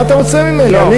מה אתה רוצה ממני?